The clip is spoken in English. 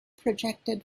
projected